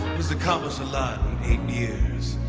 he's accomplished a lot in eight years.